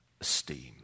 esteem